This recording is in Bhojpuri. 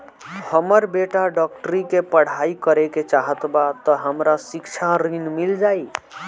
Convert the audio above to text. हमर बेटा डाक्टरी के पढ़ाई करेके चाहत बा त हमरा शिक्षा ऋण मिल जाई?